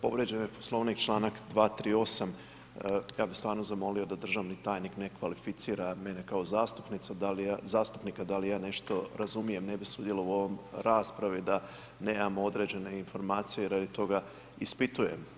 Povrijeđen je Poslovnik, Članak 238. ja bih stvarno zamolio da državni tajnik ne kvalificira mene kao zastupnicu, zastupnika da li ja nešto razumijem ne bi sudjelovao u ovoj raspravi da nema određene informacije, radi toga ispitujem.